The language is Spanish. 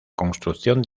construcción